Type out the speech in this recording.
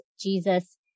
Jesus